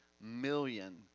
million